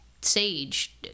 sage